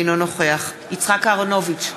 אינו נוכח יצחק אהרונוביץ,